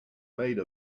made